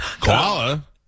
koala